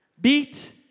beat